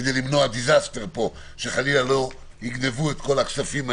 כדי למנוע שחלילה לא יגנבו את הכספים.